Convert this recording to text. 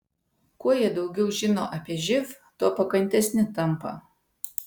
kuo jie daugiau žino apie živ tuo pakantesni tampa